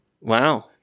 Wow